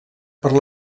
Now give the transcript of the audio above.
per